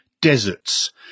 deserts